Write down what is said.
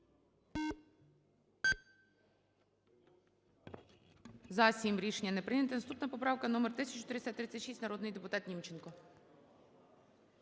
За-7 Рішення не прийнято. Наступна поправка номер 1336. Народний депутат Німченко.